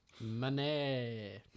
Money